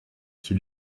qui